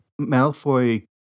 Malfoy